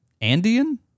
Andean